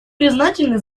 признательны